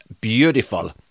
beautiful